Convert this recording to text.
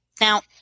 Now